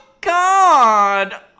God